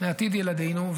לעתיד ילידינו.